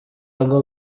ngo